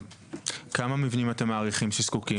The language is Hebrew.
כמה מבנים אתם מעריכים שזקוקים?